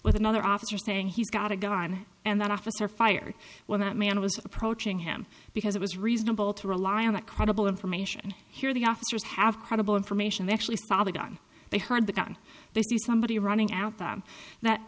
with another officer saying he's got a gun and that officer fired when that man was approaching him because it was reasonable to rely on that credible information hear the officers have credible information they actually saw the gun they heard the gun they see somebody running out them that